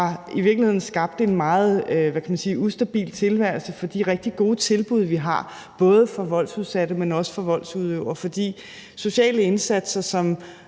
i virkeligheden har skabt en meget ustabil tilværelse for de rigtig gode tilbud, vi har, både for voldsudsatte, men også for voldsudøvere. For sociale indsatser, som